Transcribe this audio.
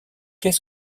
qu’est